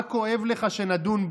מה כואב לך שנדון בו?